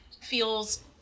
feels